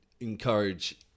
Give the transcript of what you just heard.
encourage